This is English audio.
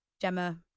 Gemma